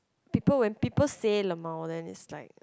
people when people say lmao then is like